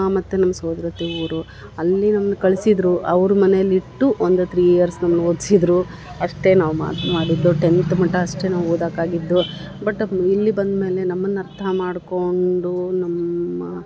ಮತ್ತು ನಮ್ಮ ಸೋದ್ರ ಅತ್ತೆ ಊರು ಅಲ್ಲಿ ನಮ್ನ ಕಳ್ಸಿದ್ದರು ಅವ್ರ ಮನೇಲಿಟ್ಟು ಒಂದು ತ್ರೀ ಇಯರ್ಸ್ ನಮ್ನ ಓದ್ಸಿದ್ದರು ಅಷ್ಟೇ ನಾವು ಮಾತು ಮಾಡಿದ್ದು ಟೆಂತ್ ಮಟ್ಟ ಅಷ್ಟೆ ನಾವು ಓದಾಕಾಗಿದ್ದು ಬಟ್ ಇಲ್ಲಿ ಬಂದ್ಮೇಲೆ ನಮ್ಮನ್ನ ಅರ್ಥ ಮಾಡ್ಕೊಂಡು ನಮ್ಮ